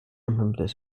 remembered